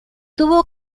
tuvo